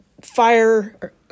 fire